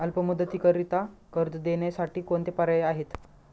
अल्प मुदतीकरीता कर्ज देण्यासाठी कोणते पर्याय आहेत?